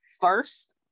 first